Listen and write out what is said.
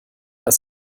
als